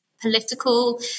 political